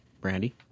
Brandy